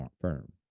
firm